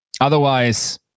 Otherwise